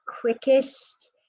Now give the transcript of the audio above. quickest